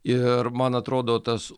ir man atrodo tas